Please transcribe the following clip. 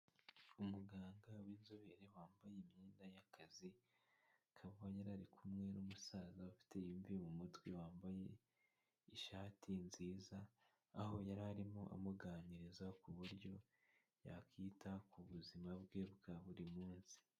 Umuganga w'inzobere wambaye imyenda y'akazi, akaba yari ari kumwe n'umusaza ufite imvi mu mutwe wambaye ishati nziza, aho yari arimo amuganiriza ku buryo yakwita ku buzima bwe bwa buri munsi.